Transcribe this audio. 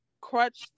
crutch